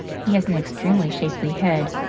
he has an extremely shapely head,